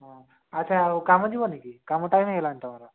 ହଁ ଆଚ୍ଛା ଆଉ କାମ ଯିବନି କି କାମ ଟାଇମ୍ ହୋଇଗଲାଣି ତୁମର